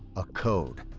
a code.